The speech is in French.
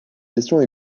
questions